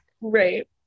right